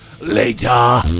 later